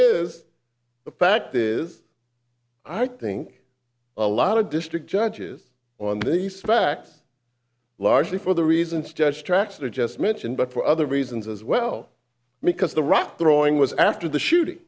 is the fact is i think a lot of district judges on these facts largely for the reasons judge tracks are just mentioned but for other reasons as well because the rock throwing was after the shooting